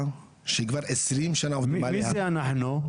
שכבר עשרים שנה --- מי זה אנחנו?